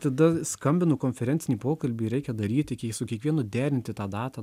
tada skambinu konferencinį pokalbį reikia daryti kie su kiekvienu derinti tą datą